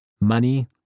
Money